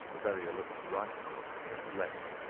ferrier looked to right and to left,